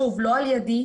שוב לא על ידי,